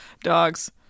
Dogs